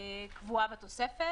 קבועה בתוספת.